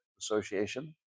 association